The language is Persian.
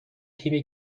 تیمی